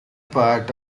part